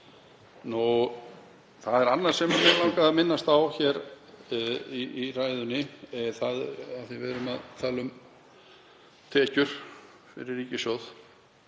Það er annað sem mig langaði að minnast á hér í ræðunni af því að við erum að tala um tekjur fyrir ríkissjóð,